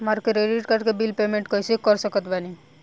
हमार credit card के bill payment कइसे कर सकत बानी?